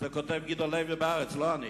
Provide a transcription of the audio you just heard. את זה כותב גדעון לוי ב"הארץ", לא אני.